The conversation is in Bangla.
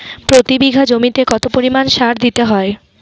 প্রতি বিঘা জমিতে কত পরিমাণ সার দিতে হয়?